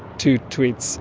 two tweets